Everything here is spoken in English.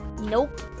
Nope